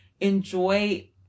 enjoy